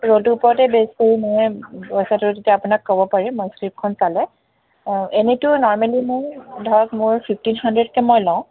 ৰোলটাৰ ওপৰতে বেছ কৰি মই পইচাটো তেতিয়া আপোনাক ক'ব পাৰি মই স্ক্ৰিপটখন চালে এনেটো নৰ্মেলি মই ধৰক মোৰ ফিফটিন হাণ্ড্ৰেডকে মই লওঁ